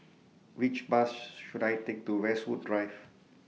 Which Bus should I Take to Westwood Drive